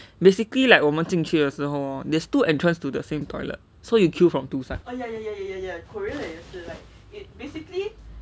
basically like 我们进去的时候 hor there's two entrance to the same toilet so you queue from two sides